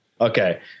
Okay